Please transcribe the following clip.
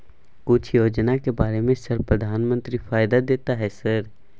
कुछ योजना के बारे में सर प्रधानमंत्री फायदा देता है सर?